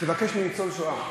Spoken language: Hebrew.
תבקש מניצול שואה.